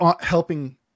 helping